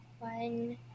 One